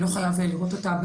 לא חייב לראות אותה.